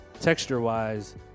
texture-wise